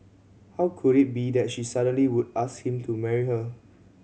how could it be that she suddenly would ask him to marry her